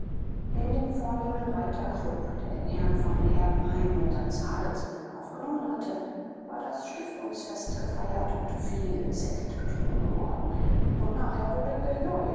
in dem vomehmen ruderklub der den herrn von erbenheim um seines adels willen aufgenommen hatte war das stiftungsfest gefeiert und viel sekt getrunken worden und nachher wurde